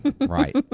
right